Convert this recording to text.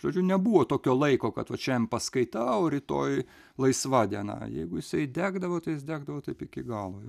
žodžiu nebuvo tokio laiko kad va čia jam paskaita o rytoj laisva diena jeigu jisai degdavo tais jis degdavo taip iki galo